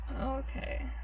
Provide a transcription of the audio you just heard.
Okay